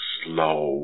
slow